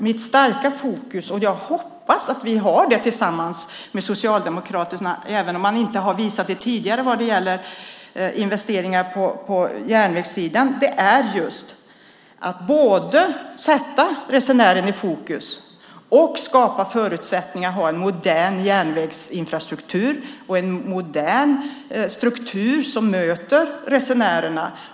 Mitt starka fokus - vilket jag hoppas att vi har tillsammans med Socialdemokraterna även om det inte har visat sig tidigare vad gäller investeringar på järnvägssidan - är just att både sätta resenären i fokus och skapa förutsättningar att ha en modern järnvägsinfrastruktur och en modern struktur som möter resenärerna.